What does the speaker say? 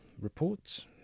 reports